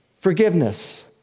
forgiveness